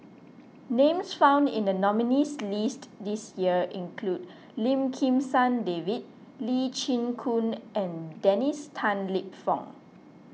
names found in the nominees' list this year include Lim Kim San David Lee Chin Koon and Dennis Tan Lip Fong